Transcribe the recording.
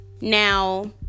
Now